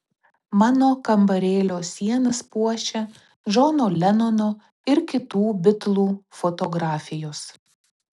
mano kambarėlio sienas puošia džono lenono ir kitų bitlų fotografijos